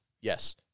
Yes